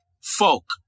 folk